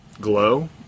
glow